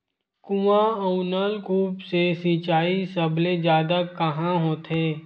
कुआं अउ नलकूप से सिंचाई सबले जादा कहां होथे?